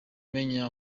umenya